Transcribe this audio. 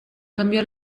cambiò